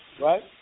right